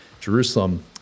Jerusalem